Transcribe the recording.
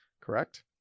Correct